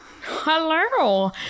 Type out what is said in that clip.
hello